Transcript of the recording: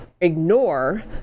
ignore